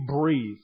breathe